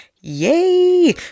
yay